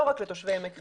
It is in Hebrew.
לא רק לתושבי עמק חפר.